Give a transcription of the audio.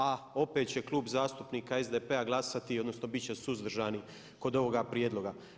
A opet će klub zastupnika SDP-a glasati, odnosno bit će suzdržani kod ovoga prijedloga.